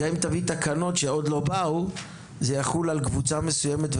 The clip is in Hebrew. גם אם תביא תקנות שעוד לא באו הן יחולו רק על קבוצה מסוימת,